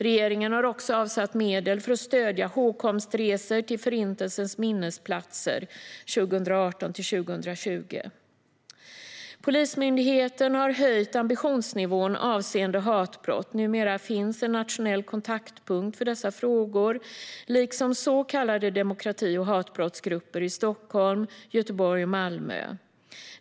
Regeringen har också avsatt medel för att stödja hågkomstresor till Förintelsens minnesplatser 2018-2020. Polismyndigheten har höjt ambitionsnivån avseende hatbrott. Numera finns en nationell kontaktpunkt för dessa frågor liksom så kallade demokrati och hatbrottsgrupper i Stockholm, Göteborg och Malmö.